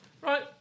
Right